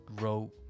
wrote